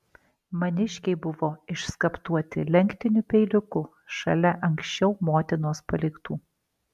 maniškiai buvo išskaptuoti lenktiniu peiliuku šalia anksčiau motinos paliktų